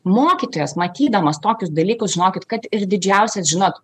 mokytojas matydamas tokius dalykus žinokit kad ir didžiausias žinot